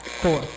four